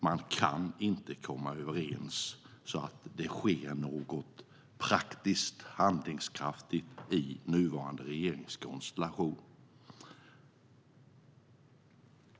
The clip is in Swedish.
Man kan inte komma överens så att det sker något praktiskt och handlingskraftigt i nuvarande regeringskonstellation.